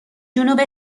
جنوب